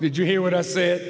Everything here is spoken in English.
did you hear what i said